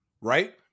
right